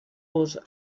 los